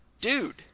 dude